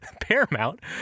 paramount